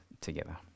together